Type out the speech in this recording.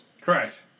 Correct